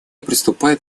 приступает